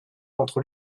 entre